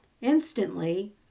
Instantly